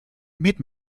mit